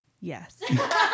Yes